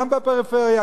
גם בפריפריה,